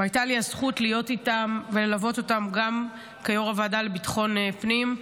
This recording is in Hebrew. הייתה לי הזכות להיות איתם וללוות אותם גם כיו"ר הוועדה לביטחון פנים,